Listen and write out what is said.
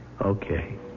Okay